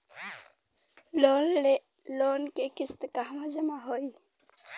Loan के किस्त कहवा जामा होयी?